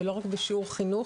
ולא רק בשיעור חינוך,